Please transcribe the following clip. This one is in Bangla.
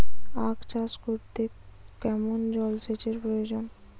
আখ চাষ করতে কেমন জলসেচের প্রয়োজন?